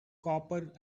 copper